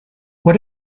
what